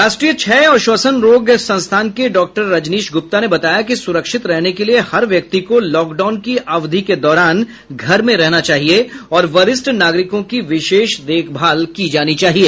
राष्ट्रीय क्षय और श्वसन रोग संस्थान के डॉक्टर रजनीश ग्रप्ता ने बताया कि सुरक्षित रहने के लिए हर व्यक्ति को लॉकडाउन की अवधि के दौरान घर में रहना चाहिए और वरिष्ठ नागरिकों की विशेष देखभाल की जानी चाहिए